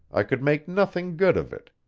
i could make nothing good of it.